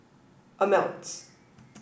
ameltz